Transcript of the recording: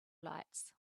lights